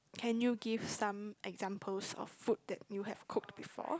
can you give some examples of food that you have cooked before